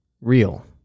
real